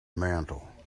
mantel